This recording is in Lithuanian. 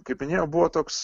kaip minėjau buvo toks